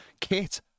Kit